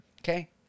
Okay